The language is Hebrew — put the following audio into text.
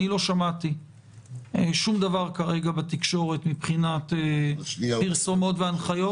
אני לא שמעתי שום דבר כרגע בתקשורת מבחינת פרסומות והנחיות,